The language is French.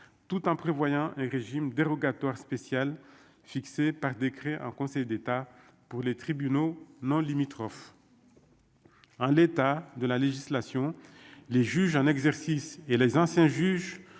tout en prévoyant un régime dérogatoire spécial fixées par décret en Conseil d'État pour les tribunaux non limitrophes. Hein, l'état de la législation, les juges, un exercice et les anciens juges